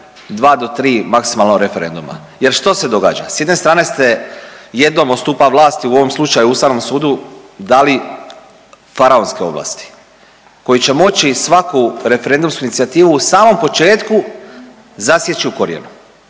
do tri maksimalno referenduma. Jer što se događa? S jedne strane ste jednom od stupa vlasti u ovom slučaju Ustavnom sudu dali faraonske ovlasti koje će moći svaku referendumsku inicijativu u samom početku zasjeći u korijenu